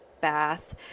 bath